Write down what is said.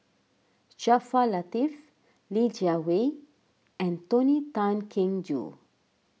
Jaafar Latiff Li Jiawei and Tony Tan Keng Joo